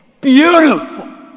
beautiful